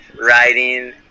riding